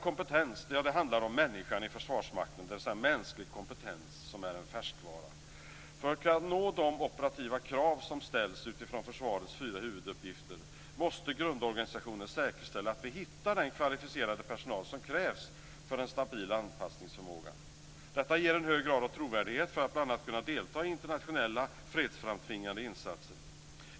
Kompetens handlar om människan i Försvarsmakten, dvs. mänsklig kompetens, som är en färskvara. För att kunna nå de operativa krav som ställs utifrån försvarets fyra huvuduppgifter måste grundorganisationen säkerställa att vi hittar den kvalificerade personal som krävs för en stabil anpassningsförmåga. Detta ger en hög grad av trovärdighet för att bl.a. kunna deltaga i internationella fredsframtvingande insatser.